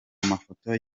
amafoto